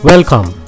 Welcome